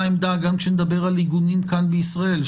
עמדה גם כשנדבר על עיגונים כאן בישראל.